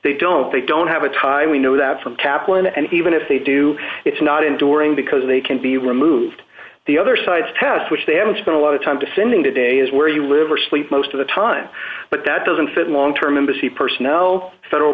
they don't they don't have a tie we know that from kaplan and even if they do it's not enduring because they can be removed the other side's test which they haven't spent a lot of time defending today is where you live or sleep most of the time but that doesn't fit long term embassy personnel federal